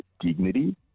dignity